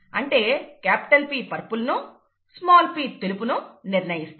అంటే capital P purple ను small p తెలుపును నిర్ణయిస్తాయి